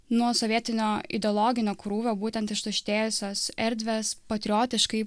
nuo sovietinio ideologinio krūvio būtent ištuštėjusios erdvės patriotiškai